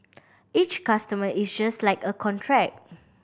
each customer is just like a contract